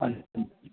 ਹਾਂ ਜੀ